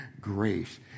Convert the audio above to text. grace